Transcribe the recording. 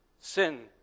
sin